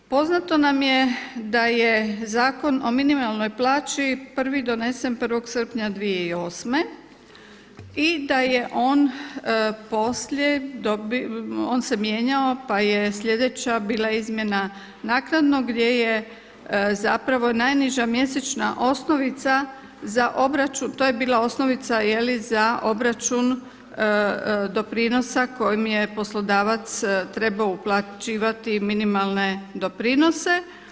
Poznato nam je da je Zakon o minimalnoj plaći prvi donesen 1. srpnja 2008. i da je on poslije, on se mijenjao, pa je sljedeća bila izmjena naknadno gdje je zapravo najniža mjesečna osnovica za obračun, to je bila osnovica za obračun doprinosa kojim je poslodavac trebao uplaćivati minimalne doprinose.